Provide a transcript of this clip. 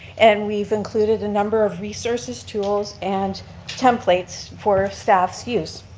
and we've included a number of resources, tools and templates for staff's use.